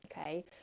okay